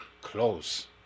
close